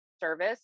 service